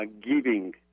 giving